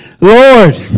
Lord